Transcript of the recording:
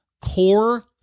core